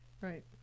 right